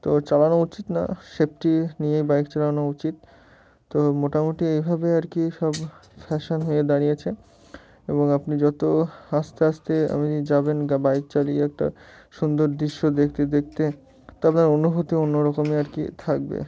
তো চালানো উচিত না সেফটি নিয়েই বাইক চালানো উচিত তো মোটামুটি এইভাবে আর কি সব ফ্যাশান হয়ে দাঁড়িয়েছে এবং আপনি যত আস্তে আস্তে আপনি যাবেন গ বাইক চালিয়ে একটা সুন্দর দৃশ্য দেখতে দেখতে তো আপনার অনুভূতি অন্য রকমই আর কি থাকবে